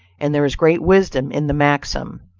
and there is great wisdom in the maxim.